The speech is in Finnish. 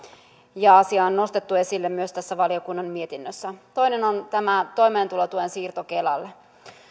ja asia on nostettu esille myös tässä valiokunnan mietinnössä toinen on toimeentulotuen siirto kelalle